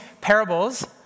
parables